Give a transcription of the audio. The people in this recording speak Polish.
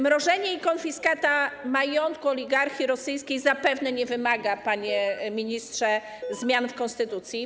Mrożenie i konfiskata majątków oligarchów rosyjskich zapewne nie wymaga, panie ministrze, zmian w konstytucji.